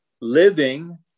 living